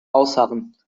ausharren